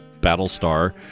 Battlestar